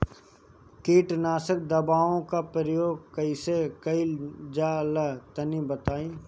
कीटनाशक दवाओं का प्रयोग कईसे कइल जा ला तनि बताई?